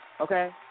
okay